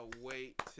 wait